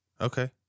Okay